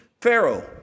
Pharaoh